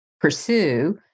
pursue